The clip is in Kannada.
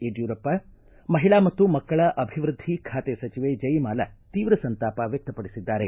ಯಡ್ಕೂರಪ್ಪ ಮಹಿಳಾ ಮತ್ತು ಮಕ್ಕಳ ಅಭಿವೃದ್ದಿ ಖಾತೆ ಸಚಿವೆ ಜಯಮಾಲಾ ತೀವ್ರ ಸಂತಾಪ ವ್ಯಕ್ತಪಡಿಸಿದ್ದಾರೆ